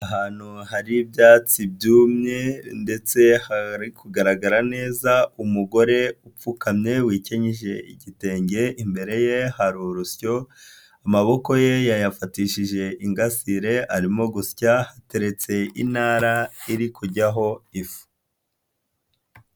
Ahantu hari ibyatsi byumye, ndetse hari kugaragara neza, umugore upfukamye, wikenyeje igitenge, imbere ye hari urusyo, amaboko ye yayafatishije ingasire, arimo gusya ateretse intara iri kujyaho ifu.